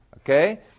Okay